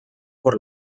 por